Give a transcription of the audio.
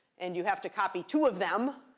and you have to copy two of them.